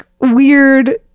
weird